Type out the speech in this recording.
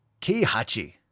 Kihachi